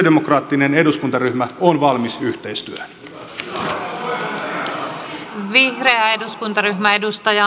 sosialidemokraattinen eduskuntaryhmä on valmis yhteistyöhön